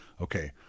Okay